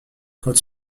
quand